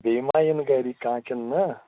بیٚیہِ ما یِن گَرِکۍ کانٛہہ کِنہٕ نہٕ